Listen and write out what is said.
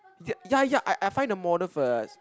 y~ ya ya I I find the model first